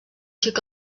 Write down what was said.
xic